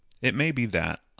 it may be that.